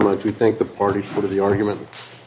much we think the party for the argument